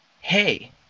Hey